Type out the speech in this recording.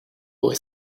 boy